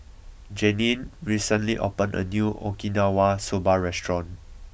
Jeannie recently opened a new Okinawa Soba restaurant